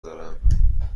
دارم